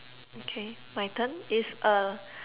okay my turn is a